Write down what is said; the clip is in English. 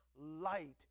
light